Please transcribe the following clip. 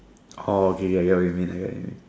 oh okay okay I get what you mean I get what you mean